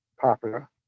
popular